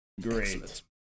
Great